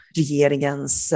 regeringens